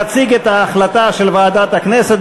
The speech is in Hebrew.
יציג את ההחלטה של ועדת הכנסת,